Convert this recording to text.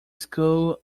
school